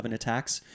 attacks